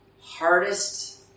Hardest